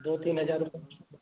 दो तीन हज़ार रुपये